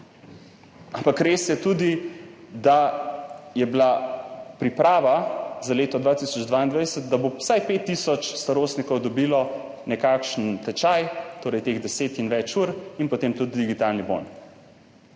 ampak res je tudi, da je bila priprava za leto 2022, da bo vsaj 5 tisoč starostnikov dobilo nekakšen tečaj, torej teh deset in več ur, in potem tudi digitalni bon.